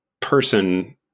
person